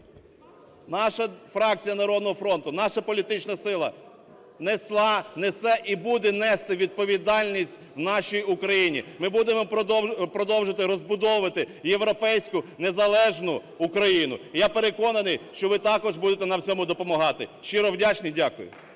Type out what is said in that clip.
Наша фракція "Народного фронту", наша політична сила несла, несе і буде нести відповідальність в нашій Україні. Ми будемо продовжувати розбудовувати європейську незалежну Україну і, я переконаний, що ви також будете нам в цьому допомагати. Щиро вдячний. Дякую.